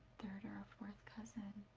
third or a fourth cousin.